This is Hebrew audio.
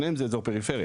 שניהם זה אזור פריפריה.